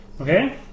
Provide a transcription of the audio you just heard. Okay